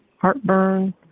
heartburn